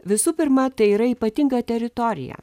visų pirma tai yra ypatinga teritorija